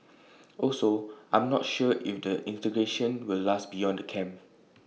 also I'm not sure if the integration will last beyond the camp